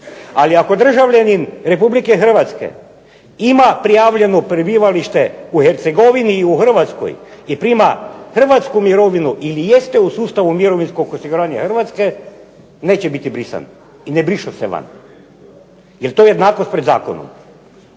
Ali ako državljanin Republike Hrvatske ima prijavljeno prebivalište u Hercegovini i u Hrvatskoj i prima hrvatsku mirovinu ili jeste u sustavu mirovinskog osiguranja Hrvatske neće biti brisan i ne brišu se van, je li to je jednakost pred zakonom.